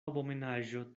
abomenaĵo